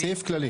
סעיף כללי.